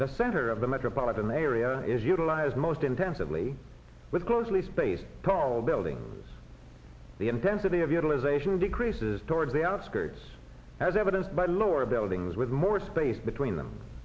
the center of the metropolitan area is utilized most intensively with closely spaced tall buildings the intensity of utilization decreases toward the outskirts as evidenced by lower buildings with more space between them